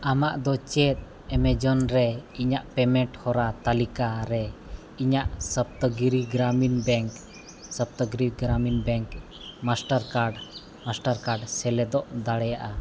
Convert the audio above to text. ᱟᱢᱟᱜ ᱫᱚ ᱪᱮᱫ ᱮᱢᱟᱡᱚᱱ ᱨᱮ ᱤᱧᱟᱹᱜ ᱯᱮᱢᱮᱱᱴ ᱦᱚᱨᱟ ᱛᱟᱹᱞᱤᱠᱟ ᱨᱮ ᱤᱧᱟᱹᱜ Saptagiri Grameen bank Saptagiri Grameen bank master card master card ᱥᱮᱞᱮᱫᱚᱜ ᱫᱟᱲᱮᱭᱟᱜᱼᱟ